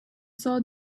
saw